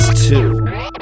two